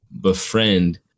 befriend